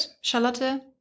Charlotte